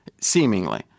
seemingly